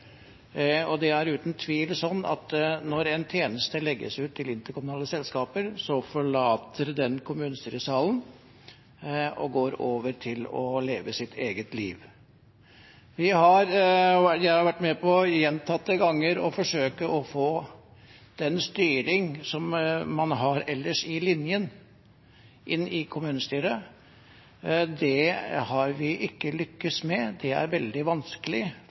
forlater den kommunestyresalen og går over til å leve sitt eget liv. Jeg har gjentatte ganger vært med på å forsøke å få den styring som man har ellers i linjen, inn i kommunestyret. Det har vi ikke lyktes med. Det er veldig vanskelig